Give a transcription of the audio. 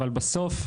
אבל בסוף,